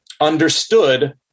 understood